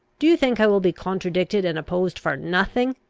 do you think i will be contradicted and opposed for nothing?